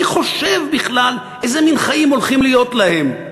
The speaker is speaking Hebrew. מי חושב בכלל איזה מין חיים הולכים להיות להם?